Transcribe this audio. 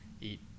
eat